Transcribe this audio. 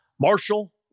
Marshall